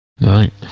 Right